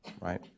right